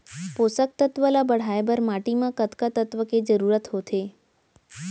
पोसक तत्व ला बढ़ाये बर माटी म कतका तत्व के जरूरत होथे?